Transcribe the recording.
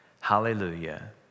Hallelujah